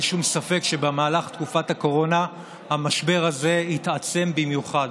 אין שום ספק שבמהלך תקופת הקורונה המשבר הזה התעצם במיוחד.